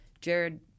Jared